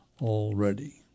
already